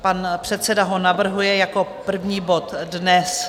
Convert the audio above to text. Pan předseda ho navrhuje jako první bod dnes.